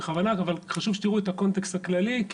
חשוב שתראו את הקונטקסט הכללי,